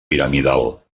piramidal